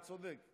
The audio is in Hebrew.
אתה צודק.